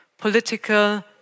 political